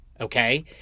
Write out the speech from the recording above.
okay